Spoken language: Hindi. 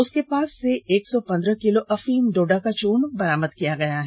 उसके पास से एक सौ पन्द्रह किलो अफीम डोडा का चूर्ण बरामद किया गया है